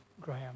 Graham